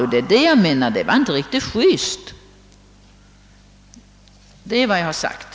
Detta, menar jag, är inte riktigt juste, och det var vad jag sade.